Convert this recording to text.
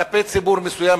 כלפי ציבור מסוים,